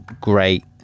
great